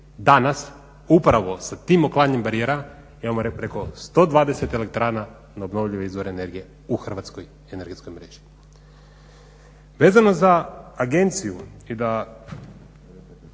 Danas, upravo sa tim uklanjanjem barijera imamo preko 120 elektrana neobnovljive izvore energije u hrvatskoj energetskoj mreži.